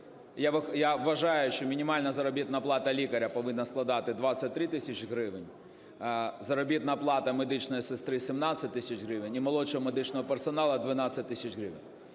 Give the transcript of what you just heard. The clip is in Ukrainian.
Я вважаю, що мінімальна заробітна плата лікаря повинна складати 23 тисячі гривень, заробітна плата медичної сестри – 17 тисяч гривень і молодшого медичного персоналу – 12 тисяч гривень.